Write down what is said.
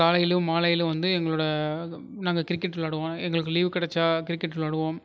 காலையிலும் மாலையிலும் வந்து எங்களோட நாங்கள் கிரிக்கெட் விளையாடுவோம் எங்களுக்கு லீவ் கிடைச்சா கிரிக்கெட் விளையாடுவோம்